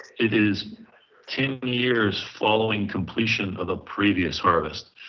it is ten years following completion of the previous harvest.